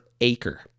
acre